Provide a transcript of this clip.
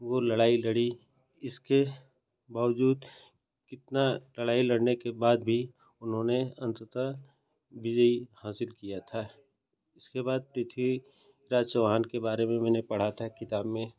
वो लड़ाई लड़ी इसके बावजूद कितना लड़ाई लड़ने के बाद भी उन्होंने अंततः विजय हासिल किया था इसके बाद पृथ्वीराज चौहान के बारे में मैंने पढ़ा था किताब में